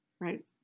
right